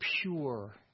pure